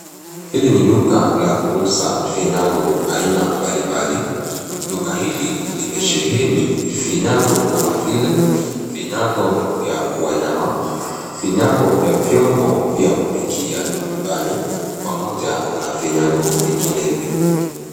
Hili ni duka la kuuza vinyango aina mbalimbali. Duka hili limesheheni vinyango kama vile vinyango vya wanyama, vinyango vya vyombo vya kupikia nyumbani pamoja na vinyango vinginevyo.